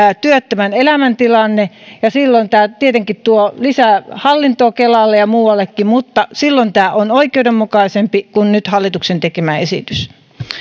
työttömän elämäntilanne silloin tämä tietenkin tuo lisää hallintoa kelalle ja muuallekin mutta silloin tämä on oikeudenmukaisempi kuin nyt hallituksen tekemä esitys